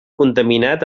contaminat